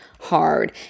hard